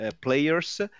players